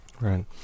Right